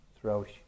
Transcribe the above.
throughout